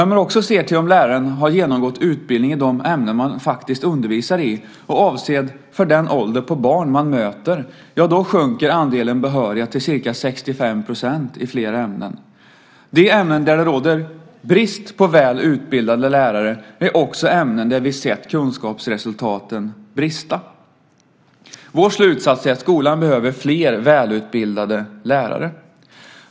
Om vi också ser till om läraren har genomgått utbildning i de ämnen man faktiskt undervisar i och avsedd för den ålder på barn som man möter sjunker andelen behöriga till ca 65 % i flera ämnen. De ämnen där det råder brist på väl utbildade lärare är också ämnen där vi sett kunskapsresultaten brista. Vår slutsats är att skolan behöver fler välutbildade lärare.